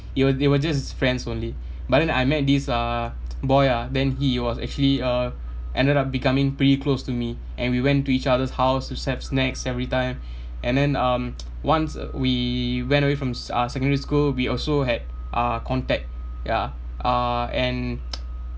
they were they were just friends only but then I met this uh boy ah then he was actually uh ended up becoming pretty close to me and we went to each other's house to share snacks every time and then um once we went away from s~ uh secondary school we also had uh contact ya uh and